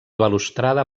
balustrada